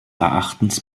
erachtens